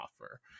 offer